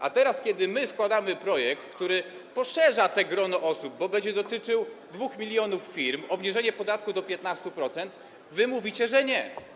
A teraz kiedy my składamy projekt, który poszerza to grono osób, bo będzie dotyczył 2 mln firm, chodzi o obniżenie podatku do 15%, wy mówicie, że nie.